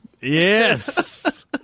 Yes